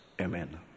amen